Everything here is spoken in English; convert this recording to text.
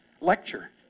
lecture